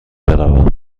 بروم